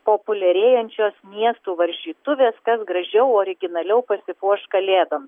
populiarėjančios miestų varžytuvės kas gražiau originaliau pasipuoš kalėdom